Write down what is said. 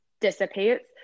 dissipates